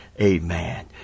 Amen